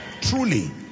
Truly